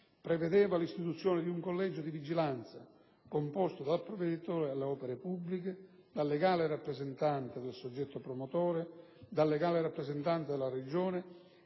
prevedeva l'istituzione di un collegio di vigilanza, composto dal provveditore alle opere pubbliche, dal legale rappresentante del soggetto promotore, dal legale rappresentante della Regione